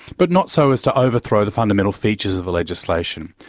but not so as to overthrow the fundamental features of the legislation.